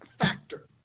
factor